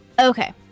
Okay